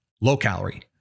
low-calorie